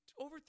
over